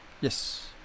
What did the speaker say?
Yes